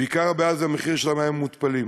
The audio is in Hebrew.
עיקר הבעיה הוא המחיר של המים המותפלים.